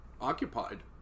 occupied